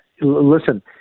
Listen